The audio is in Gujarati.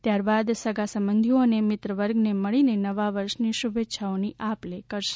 ત્યારબાદ સગા સંબંધીઓ અને મિત્રવર્ગને મળીને નવા વર્ષની શુભે ચ્છાઓની આપ લે કરશે